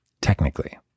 Technically